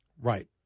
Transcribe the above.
Right